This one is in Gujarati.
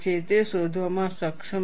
તે શોધવામાં સક્ષમ છે